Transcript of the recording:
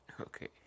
okay